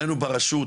האנושית,